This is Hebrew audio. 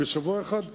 בשבוע אחד,